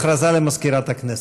הכרזה למזכירת הכנסת.